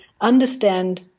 understand